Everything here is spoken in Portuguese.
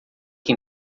que